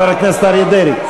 חבר הכנסת אריה דרעי.